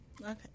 Okay